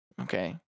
Okay